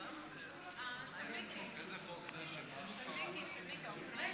כבוד היו"ר,